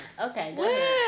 Okay